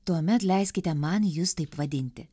tuomet leiskite man jus taip vadinti